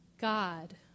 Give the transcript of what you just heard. God